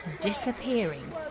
Disappearing